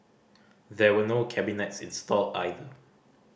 there were no cabinets installed either